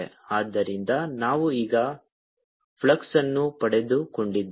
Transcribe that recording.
ಆದ್ದರಿಂದ ನಾವು ಈಗ ಫ್ಲಕ್ಸ್ ಅನ್ನು ಪಡೆದುಕೊಂಡಿದ್ದೇವೆ